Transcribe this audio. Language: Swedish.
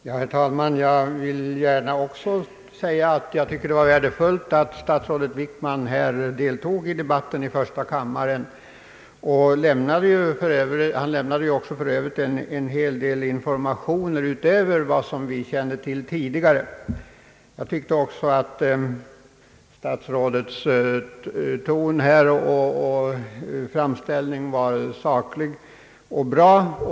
Herr talman! Jag vill gärna säga att jag tycker det var värdefullt att statsrådet Wickman deltog i debatten här i första kammaren. Han lämnade för övrigt även en hel del informationer utöver vad vi kände till tidigare. Jag tyckte också att statsrådets ton och framställning var saklig och bra.